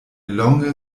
longe